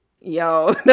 Yo